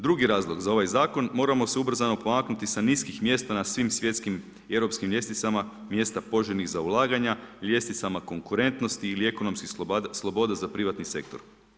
Drugi razlog za ovaj zakon, moramo se ubrzano pomaknuti sa niskih mjesta na svim svjetskim i europskim ljestvicama mjesta poželjnih za ulaganja, ljestvicama konkurentnosti ili ekonomskih sloboda za privatni sektor.